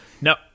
no